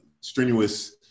strenuous